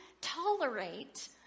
tolerate